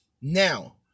Now